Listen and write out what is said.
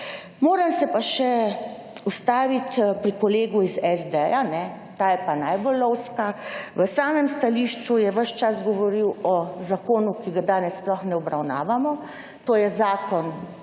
Moram se pa še ustaviti pri kolegu iz SD, ta je pa najbolj lovska, v samem stališču je ves čas govoril o zakonu, ki ga danes sploh ne obravnavamo, to je zakon,